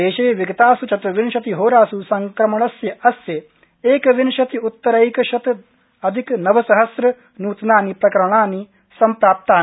देशे विगतास् चत्र्विशतिहोरास् संक्रमणस्यास्य एकविंशत्यृत्तरैकशताधिकनवसहस्र नूतनानि प्रकरणानि सम्प्राप्तानि